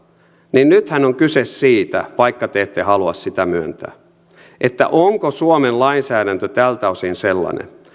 niin nythän on kyse siitä vaikka te ette halua sitä myöntää onko suomen lainsäädäntö tältä osin sellainen